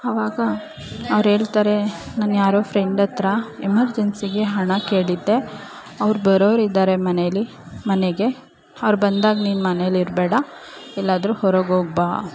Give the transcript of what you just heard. ಅವಾಗ ಅವ್ರು ಹೇಳ್ತಾರೆ ನಾನು ಯಾರೋ ಫ್ರೆಂಡ್ಹತ್ರ ಎಮರ್ಜನ್ಸಿಗೆ ಹಣ ಕೇಳಿದ್ದೆ ಅವ್ರು ಬರೋರಿದ್ದಾರೆ ಮನೇಲಿ ಮನೆಗೆ ಅವ್ರು ಬಂದಾಗ ನೀನು ಮನೆಲಿರಬೇಡ ಎಲ್ಲಾದರೂ ಹೊರಗೋಗ್ಬಾ